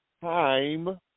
time